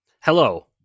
Hello